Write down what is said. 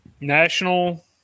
National